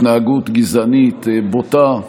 התנהגות גזענית, בוטה,